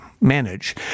manage